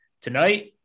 Tonight